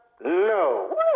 No